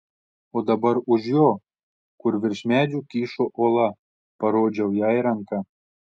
o dabar už jo kur virš medžių kyšo uola parodžiau jai ranka